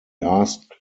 asked